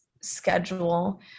schedule